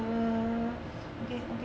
err okay 我给你